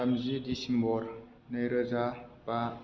थामजि डिसेम्बर नैरोजा बा